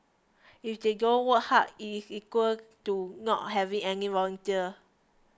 if they don't work hard it is equal to not having any volunteer